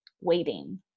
waiting